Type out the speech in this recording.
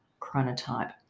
chronotype